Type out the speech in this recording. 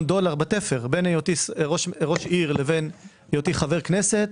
דולר בתפר בין היותי ראש עיר לבין היותי חבר כנסת,